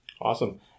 Awesome